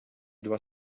doit